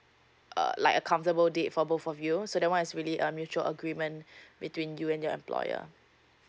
uh like a comfortable date for both of you so that is one is really uh mutual agreement between you and your employer